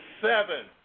seven